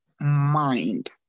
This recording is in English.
mind